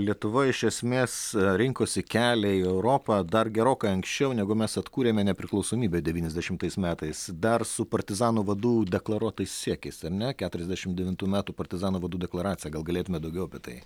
lietuva iš esmės rinkosi kelią į europą dar gerokai anksčiau negu mes atkūrėme nepriklausomybę devyniasdešimtais metais dar su partizanų vadų deklaruotas siekiais ar ne keturiasdešimt devintų metų partizanų vadų deklaracija gal galėtumėt daugiau apie tai